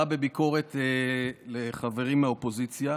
בא בביקורת לחברי מהאופוזיציה